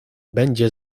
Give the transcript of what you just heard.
będzie